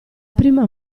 prima